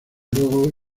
luego